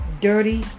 dirty